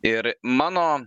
ir mano